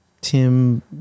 Tim